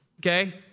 Okay